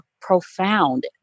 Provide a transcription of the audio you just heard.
profound